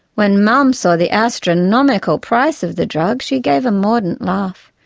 when mum saw the astronomical price of the drug, she gave a mordant laugh.